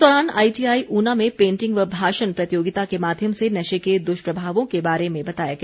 इस दौरान आईटीआई ऊना में पेंटिंग व भाषण प्रतियोगिता के माध्यम से नशे के दुष्प्रभावों के बारे में बताया गया